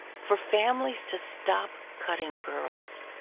for families to stop cutting girls,